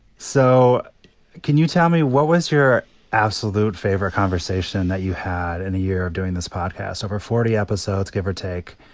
so can you tell me what was your absolute favorite conversation that you had in a year of doing this podcast, over forty episodes, give or take?